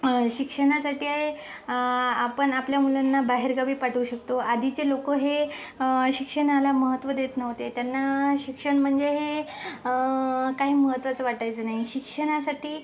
शिक्षणासाठी आपण आपल्या मुलांना बाहेरगावी पाठवू शकतो आधीचे लोकं हे शिक्षणाला महत्त्व देत नव्हते त्यांना शिक्षण म्हणजे हे काही महत्वाचं वाटायचं नाही शिक्षणासाठी